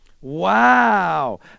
Wow